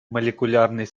молекулярный